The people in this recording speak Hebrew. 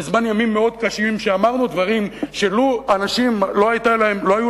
בזמן ימים מאוד קשים שאמרנו דברים שלו אנשים לא היו